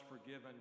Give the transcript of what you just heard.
forgiven